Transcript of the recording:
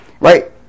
Right